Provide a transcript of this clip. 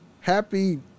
happy